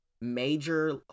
major